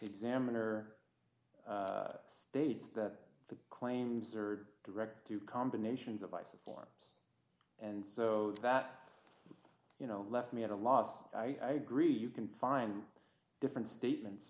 examiner states that the claims are directed to combinations of ice and forms and so that you know left me at a loss i agree you can find different statements